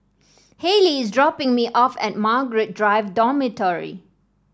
Haylie is dropping me off at Margaret Drive Dormitory